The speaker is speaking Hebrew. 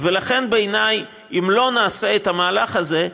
ולכן בעיניי אם לא נעשה את המהלך הזה,